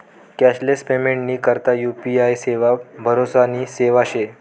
cashless पेमेंटनी करता UPI सेवा भरोसानी सेवा शे